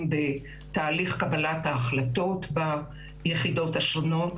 בתהליך קבלת ההחלטות ביחידות השונות,